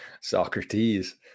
Socrates